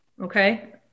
Okay